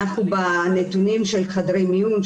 אנחנו בנתונים של חדרי מיון,